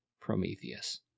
Prometheus